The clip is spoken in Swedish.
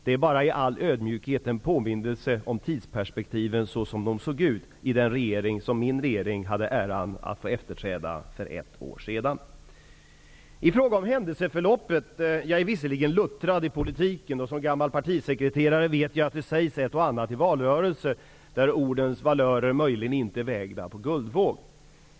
Det var bara i all ödmjukhet en påminnelse om tidsperspektiven så som de såg ut under den regering som den regering som jag tillhör hade äran att få efterträda för ett år sedan. Jag är visserligen luttrad i politiken och som gammal partisekreterare vet jag att det sägs ett och annat i valrörelser, där ordens valörer knappast vägs på guldvåg.